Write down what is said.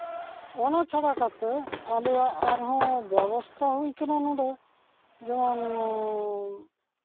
ᱚᱱᱟ ᱪᱷᱟᱲᱟ ᱠᱟᱛᱮᱫ ᱟᱞᱮᱭᱟᱜ ᱟᱨᱦᱚᱸ ᱵᱮᱵᱚᱥᱛᱷᱟ ᱦᱩᱭ ᱠᱟᱱᱟ ᱱᱚᱰᱮ ᱡᱮᱢᱚᱱ